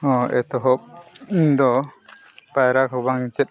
ᱦᱚᱸ ᱮᱛᱚᱦᱚᱵ ᱫᱚ ᱯᱟᱭᱨᱟ ᱦᱚᱸ ᱵᱟᱝ ᱪᱮᱫ